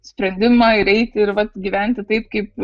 sprendimą ir eiti ir vat gyventi taip kaip